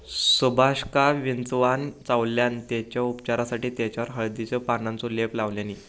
सुभाषका विंचवान चावल्यान तेच्या उपचारासाठी तेच्यावर हळदीच्या पानांचो लेप लावल्यानी